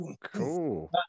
cool